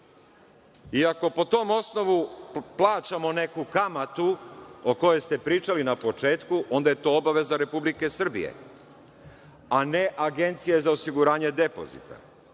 I ako po tom osnovu plaćamo neku kamatu o kojoj ste pričali na početku, onda je to obaveza Republike Srbije, a ne Agencije za osiguranje depozita,